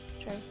True